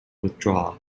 withdraw